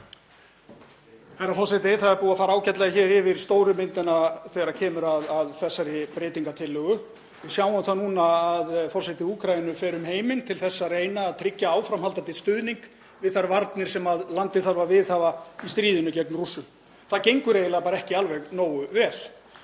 Það er búið að fara hér ágætlega yfir stóru myndina þegar kemur að þessari breytingartillögu. Við sjáum það núna að forseti Úkraínu fer um heiminn til að reyna að tryggja áframhaldandi stuðning við þær varnir sem landið þarf að viðhafa í stríðinu gegn Rússum. Það gengur eiginlega ekki alveg nógu vel.